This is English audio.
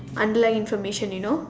underlying information you know